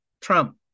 Trump